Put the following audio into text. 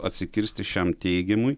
atsikirsti šiam teigimui